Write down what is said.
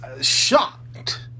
shocked